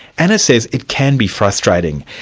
anna says it can be frustrating.